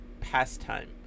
pastime